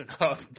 enough